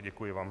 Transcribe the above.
Děkuji vám.